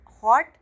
hot